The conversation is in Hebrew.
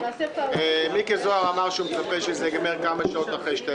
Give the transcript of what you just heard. אבל גור אמר לך שהוא יספיק להכין את כל ההסתייגויות?